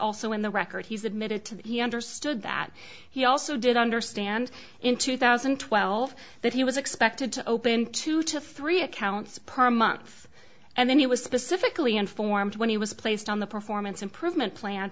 also in the record he's admitted to that he understood that he also did understand in two thousand and twelve that he was expected to open two to three accounts per month and then he was specifically informed when he was placed on the performance improvement plan